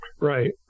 Right